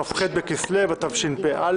כ"ח בכסלו התשפ"א,